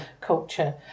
culture